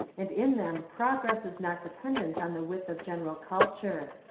and in them progress is not de pendent on the width of general culture.